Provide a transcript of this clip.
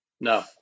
No